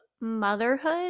motherhood